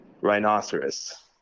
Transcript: rhinoceros